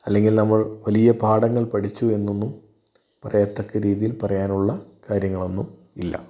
അല്ലെങ്കിൽ നമ്മൾ വല്യ പാഠങ്ങൾ പഠിച്ചുവെന്നു ഒന്നും പറയത്തക്ക രീതിയിൽ പറയാൻ ഉള്ള കാര്യങ്ങൾ ഒന്നും ഇല്ല